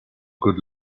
good